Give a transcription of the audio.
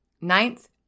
Ninth